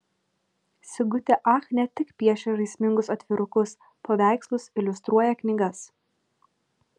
sigutė ach ne tik piešia žaismingus atvirukus paveikslus iliustruoja knygas